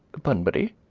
bunbury?